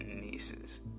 nieces